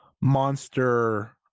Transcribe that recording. monster